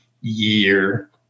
year